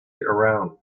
around